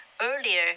earlier